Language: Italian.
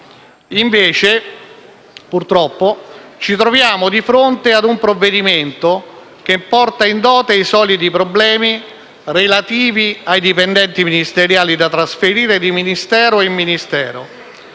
Invece, purtroppo, ci troviamo di fronte a un provvedimento che porta in dote i soliti problemi relativi ai dipendenti ministeriali da trasferire di Ministero in Ministero,